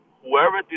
whoever